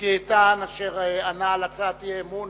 מיקי איתן, אשר ענה על הצעת האי-אמון